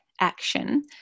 action